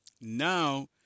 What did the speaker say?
now